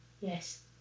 yes